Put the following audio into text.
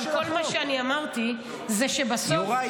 כל מה שאמרתי זה שבסוף --- יוראי,